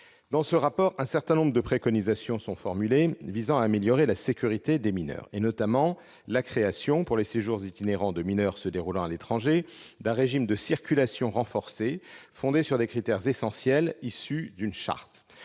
Dans ce rapport, un certain nombre de préconisations sont formulées visant à améliorer la sécurité des mineurs, notamment la création, pour les séjours itinérants de mineurs se déroulant à l'étranger, d'un régime de déclaration renforcée fondé sur des critères essentiels, éventuellement issus d'une charte.